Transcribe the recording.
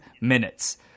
minutes